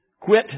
quit